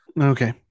okay